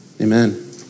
Amen